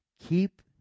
Keep